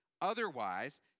Otherwise